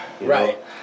Right